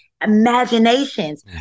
imaginations